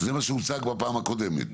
זה מה שהוצג בפעם הקודמת.